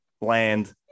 land